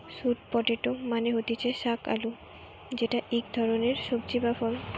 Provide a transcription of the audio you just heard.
sweet potato মানে হতিছে শাক আলু যেটা ইক ধরণের সবজি বা ফল